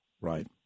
Right